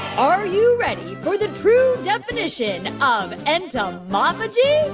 are you ready for the true definition of entomophagy?